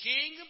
King